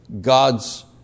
God's